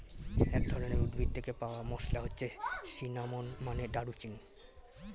এক ধরনের উদ্ভিদ থেকে পাওয়া মসলা হচ্ছে সিনামন, মানে দারুচিনি